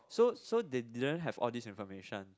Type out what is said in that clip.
so so they didn't have all this information